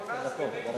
ושמונה סגנים.